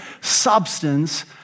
substance